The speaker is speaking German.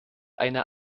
einer